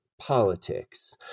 politics